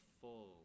full